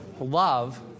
love